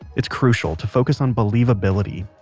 it's crucial to focus on believability,